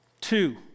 Two